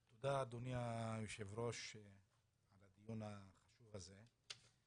תודה, אדוני היושב-ראש, על הדיון החשוב הזה.